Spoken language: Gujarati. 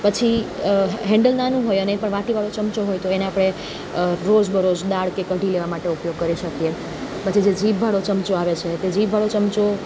પછી હેન્ડલ નાનું હોય અને પણ વાટીવાળો ચમચો હોય તો એને આપણે રોજબરોજ દાળ કે કઢી લેવા માટે ઉપયોગ કરે છે પછી જે જીભવાળો ચમચો આવે છે તે જીભવાળો ચમચો